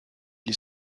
les